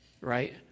right